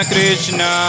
Krishna